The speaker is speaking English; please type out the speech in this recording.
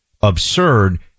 absurd